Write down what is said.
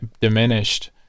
diminished